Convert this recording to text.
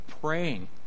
praying